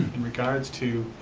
in regards to,